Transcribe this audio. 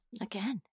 Again